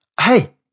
hey